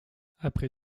après